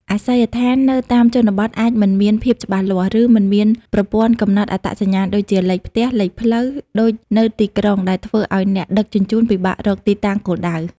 អាសយដ្ឋាននៅតាមជនបទអាចមិនមានភាពច្បាស់លាស់ ឬមិនមានប្រព័ន្ធកំណត់អត្តសញ្ញាណ (ដូចជាលេខផ្ទះ លេខផ្លូវ) ដូចនៅទីក្រុង ដែលធ្វើឱ្យអ្នកដឹកជញ្ជូនពិបាករកទីតាំងគោលដៅ។